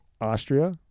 Austria